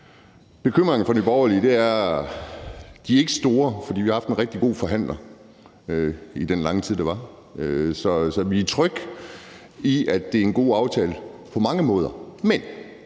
Bekymringen fra Nye Borgerliges side er ikke stor, for vi har haft en rigtig god forhandler i den lange tid, det tog. Så vi er trygge ved, at det er en god aftale på mange måder.